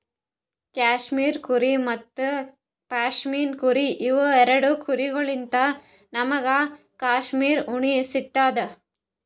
cashmere ಕುರಿ ಮತ್ತ್ ಪಶ್ಮಿನಾ ಕುರಿ ಇವ್ ಎರಡ ಕುರಿಗೊಳ್ಳಿನ್ತ್ ನಮ್ಗ್ ಕ್ಯಾಶ್ಮೀರ್ ಉಣ್ಣಿ ಸಿಗ್ತದ್